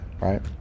right